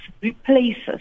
replaces